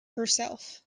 herself